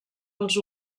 els